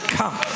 come